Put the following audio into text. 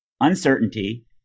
uncertainty